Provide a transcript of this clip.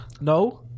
No